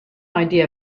idea